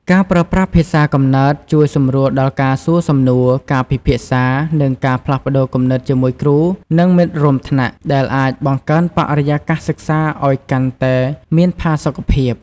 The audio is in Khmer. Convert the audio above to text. ការប្រើប្រាស់ភាសាកំណើតជួយសម្រួលដល់ការសួរសំណួរ ការពិភាក្សា និងការផ្លាស់ប្តូរគំនិតជាមួយគ្រូ និងមិត្តរួមថ្នាក់ ដែលអាចបង្កើនបរិយាកាសសិក្សាឱ្យកាន់តែមានផាសុកភាព។